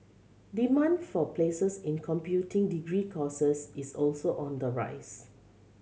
demand for places in computing degree courses is also on the rise